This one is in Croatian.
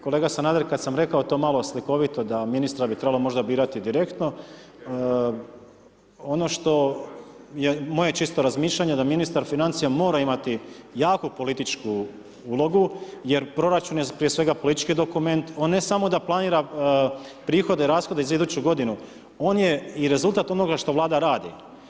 Kolega Sanader kada sam rekao to malo slikovito da ministra bi možda trebalo birati direktno, ono što je moje čisto razmišljanje je da ministar financija mora imati jaku političku ulogu jer proračun je prije svega politički dokument, on ne samo da planira prihode, rashode za iduću godinu, on je i rezultat onoga što Vlada radi.